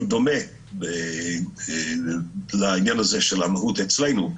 שהוא דומה לעניין הזה של המהות אצלנו,